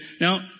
now